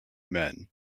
men